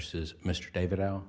says mr david ou